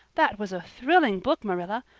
that was a thrilling book, marilla.